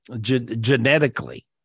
genetically